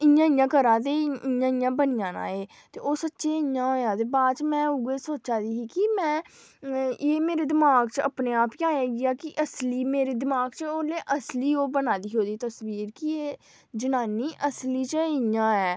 इ'यां इ'यां करां ते इ'यां इ'यां बनी जाना एह् ते ओह् सच्चें इ'यां होएआ ते बाच में इ'यां सोच्चा दी ही कि में एह् मेरे दमाग च अपने आप गै आइया कि असली मेरे दमाग च ओल्ले असली ओह् बना दी ही तस्वीर कि एह् जनानी असली च इ'यां ऐ